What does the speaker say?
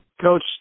Coach